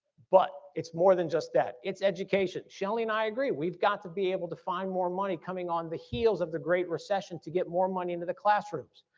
but it's more than just that. it's education. shelly and i agree. we've got to be able to find more money coming on the heels of the great recession to get more money into the classrooms.